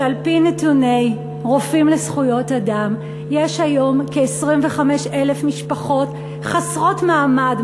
שעל-פי נתוני "רופאים לזכויות אדם" יש היום כ-25,000 משפחות חסרות מעמד,